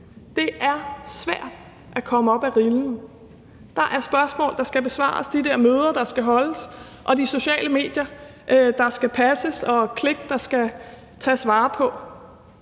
Det er svært at komme op af rillen. Der er spørgsmål, der skal besvares, og de der møder, der skal holdes, og de sociale medier, der skal passes, og klik, der skal tages vare på.